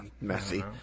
Messy